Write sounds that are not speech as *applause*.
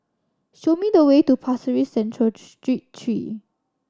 show me the way to Pasir Ris Central *unintelligible* Street three